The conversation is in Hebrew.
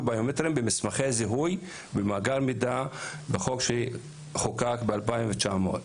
ביומטריים במסמכי זיהוי ובמאגר מידע בחוק שחוקק ב-2009.